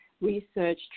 research